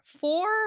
four